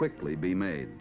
quickly be made